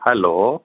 hello